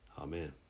Amen